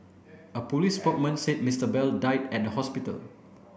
a police spokesman said Mr Bell died at the hospital